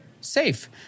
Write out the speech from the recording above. safe